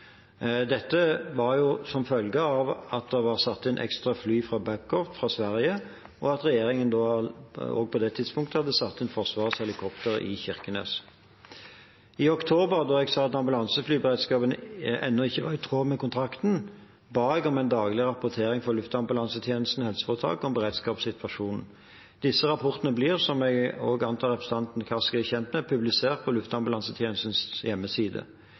Dette var jo som følge av at det var satt inn ekstra fly fra Babcock, fra Sverige, og at regjeringen på det tidspunktet hadde satt inn Forsvarets helikopter i Kirkenes. I oktober, da jeg så at ambulanseflyberedskapen ennå ikke var i tråd med kontrakten, ba jeg om en daglig rapportering fra Luftambulansetjenesten HF om beredskapssituasjonen. Disse rapportene blir, som jeg antar representanten Kaski er kjent med, publisert på Luftambulansetjenestens hjemmeside.